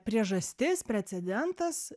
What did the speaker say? priežastis precedentas